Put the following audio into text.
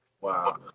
Wow